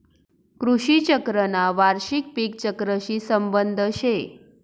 कृषी चक्रना वार्षिक पिक चक्रशी संबंध शे